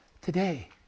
today